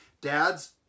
Dad's